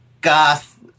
goth